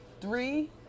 three